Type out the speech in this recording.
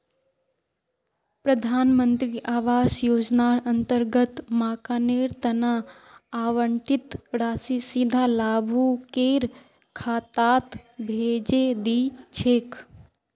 प्रधान मंत्री आवास योजनार अंतर्गत मकानेर तना आवंटित राशि सीधा लाभुकेर खातात भेजे दी छेक